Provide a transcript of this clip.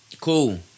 Cool